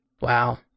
Wow